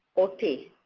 oti.